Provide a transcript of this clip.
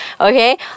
Okay